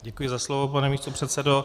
Děkuji za slovo, pane místopředsedo.